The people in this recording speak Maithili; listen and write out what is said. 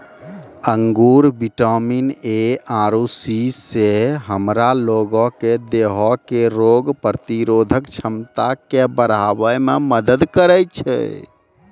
अंगूर विटामिन ए आरु सी से हमरा लोगो के देहो के रोग प्रतिरोधक क्षमता के बढ़ाबै मे मदत करै छै